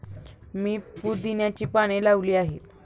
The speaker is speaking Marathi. मी पुदिन्याची पाने लावली आहेत